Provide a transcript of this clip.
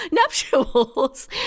Nuptials